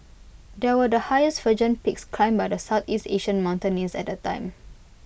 these were the highest virgin peaks climbed by Southeast Asian mountaineers at the time